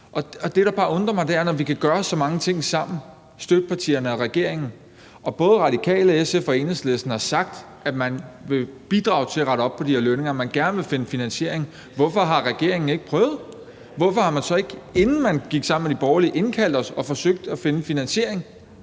Det, der bare undrer mig, når vi kan gøre så mange ting sammen, altså støttepartierne og regeringen, og både Radikale, SF og Enhedslisten har sagt, at man vil bidrage til at rette op på de her lønninger, og at man gerne vil finde finansiering, er, hvorfor regeringen så ikke har prøvet. Hvorfor har man ikke, inden man gik sammen med de borgerlige, indkaldt os og forsøgt at finde finansiering?